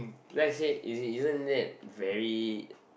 then I said is isn't that very